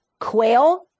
Quail